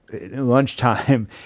lunchtime